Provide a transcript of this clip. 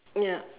ya